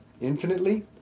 infinitely